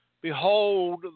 Behold